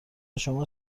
شما